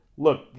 Look